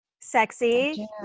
Sexy